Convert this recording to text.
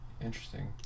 interesting